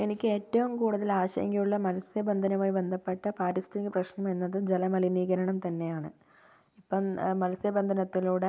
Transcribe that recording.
എനിക്ക് ഏറ്റവും കൂടുതൽ ആശങ്കയുള്ള മത്സ്യബന്ധനവുമായി ബന്ധപ്പെട്ട പാരിസ്ഥിതിക പ്രശ്നമെന്നത് ജല മലിനീകരണം തന്നെയാണ് ഇപ്പം മത്സ്യബന്ധനത്തിലൂടെ